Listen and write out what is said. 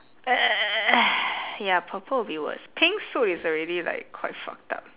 ya purple will be worse pink suit is already like quite fucked up